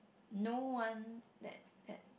no one that that